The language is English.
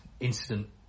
incident